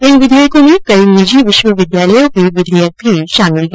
इन विधेयकों में कई निजी विष्वविद्यालयों के विधेयक भी शामिल हैं